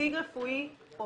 מנציג רפואי או